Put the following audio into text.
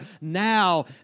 now